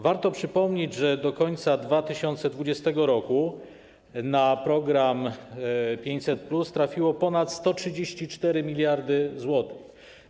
Warto przypomnieć, że do końca 2020 r. na program 500+ trafiło ponad 134 mld zł.